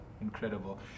incredible